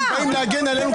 לסדר פעם שלישית.